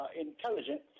intelligent